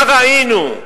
מה ראינו?